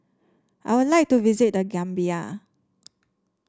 I would like to visit The Gambia